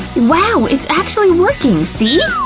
wow! it's actually working, see?